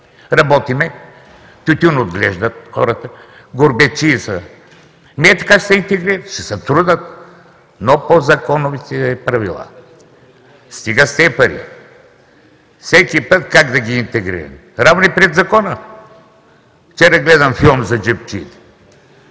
Работим. Тютюн отглеждат хората. Гурбетчии са. Ето, така ще се интегрират, ще се трудят, но по законовите правила. Стига с тези пари. Всеки път: как да ги интегрираме? Равни пред закона. Вчера гледам филм за джебчиите.